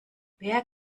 wer